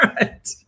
Right